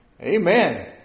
Amen